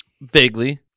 Vaguely